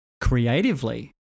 creatively